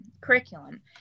curriculum